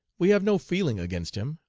we have no feeling against him,